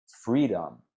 freedom